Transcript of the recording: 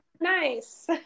Nice